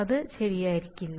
അത് ശരിയായിരിക്കില്ല